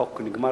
החוק נגמר,